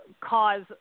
cause